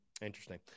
Interesting